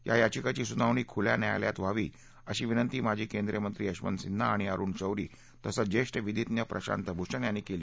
या याचिकेची सुनावणी खुल्या न्यायालयात व्हावी अशी विनंती माजी केंद्रीय मंत्री यशवंत सिन्हा आणि अरुण शौरी तसंच ज्येष्ठ विधिज्ञ प्रशांत भूषण यांनी केली